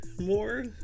more